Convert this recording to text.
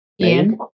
Ian